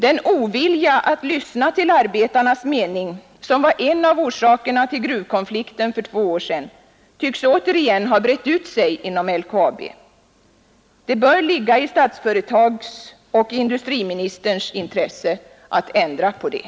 Den ovilja att lyssna till arbetarnas mening som var en av orsakerna till gruvkonflikten för två år sedan tycks återigen ha brett ut sig inom LKAB. Det bör ligga i Statsföretags och industriministerns intresse att ändra på det.